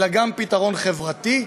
אלא גם פתרון חברתי,